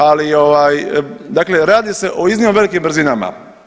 Ali dakle radi se o iznimno velikim brzinama.